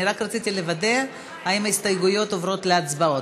אני רק רציתי לוודא אם ההסתייגויות עוברות להצבעות.